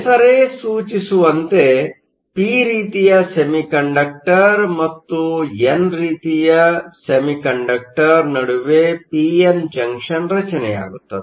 ಹೆಸರೇ ಸೂಚಿಸುವಂತೆ ಪಿ ರೀತಿಯ ಸೆಮಿಕಂಡಕ್ಟರ್ ಮತ್ತು ಎನ್ ರೀತಿಯ ಸೆಮಿಕಂಡಕ್ಟರ್ ನಡುವೆ ಪಿ ಎನ್ ಜಂಕ್ಷನ್ ರಚನೆಯಾಗುತ್ತದೆ